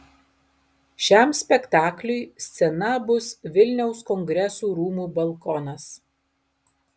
šiam spektakliui scena bus vilniaus kongresų rūmų balkonas